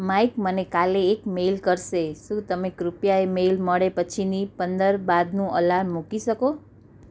Mike મને કાલે એક મેલ કરશે શું તમે કૃપયા એ મેલ મળે પછીની પંદર બાદનું અલાર્મ મૂકી શકો